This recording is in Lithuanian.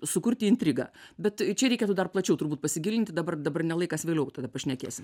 sukurti intrigą bet čia reikėtų dar plačiau turbūt pasigilinti dabar dabar ne laikas vėliau tada pašnekėsim